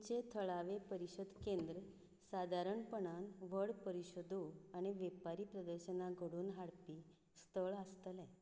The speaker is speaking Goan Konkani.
तुमचें थळावें परिशद केंद्र सादारणपणान व्हड परिशदो आनी वेपारी प्रदर्शनां घडोवन हाडपी स्थळ आसतलें